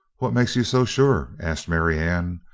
what makes you so sure? asked marianne,